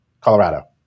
Colorado